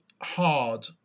hard